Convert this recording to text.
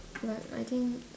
but I think